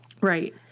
Right